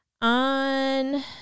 on